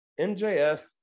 MJF